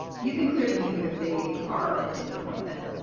you've been clear that you think that they are a disappointment.